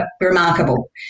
remarkable